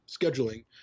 scheduling